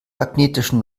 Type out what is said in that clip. magnetischen